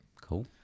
cool